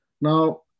now